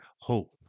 hope